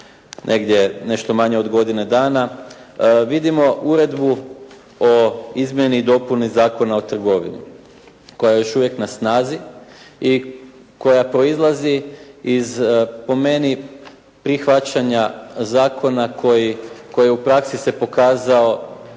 negdje nešto manje od godinu danas vidimo Uredbu o izmjeni i dopuni Zakona o trgovini koja je još uvijek na snazi i koja proizlazi iz po meni prihvaćanja zakona koji u praksi se pokazao